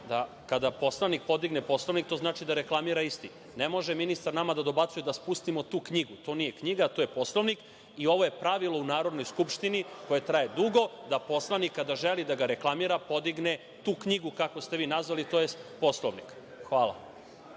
da kada poslanik podigne Poslovnik to znači da reklamira isti. Ne može ministar nama da dobacuje da spustimo „tu knjigu“, to nije knjiga to je Poslovnik, i ovo je pravilo u Narodnoj Skupštini, koja traje dugo, da poslanik kada želi da ga reklamira podigne „tu knjigu“ kako ste vi nazvali, tj. Poslovnik. Hvala.